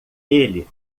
ele